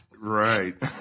Right